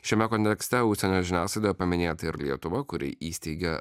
šiame kontekste užsienio žiniasklaidoje paminėta ir lietuva kuri įsteigė